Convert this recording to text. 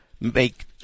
make